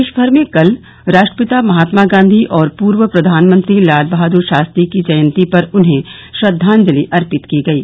देश भर में कल राष्ट्रपिता महात्मा गांधी और पूर्व प्रधानमंत्री लालबहादुर शास्त्री की जयंती पर उन्हें श्रद्वाजलि अर्पित की गयी